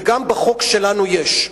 וגם בחוק שלנו יש.